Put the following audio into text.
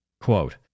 Quote